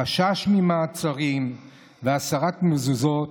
חשש ממעצרים, הסרת מזוזות,